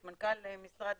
את מנכ"ל משרד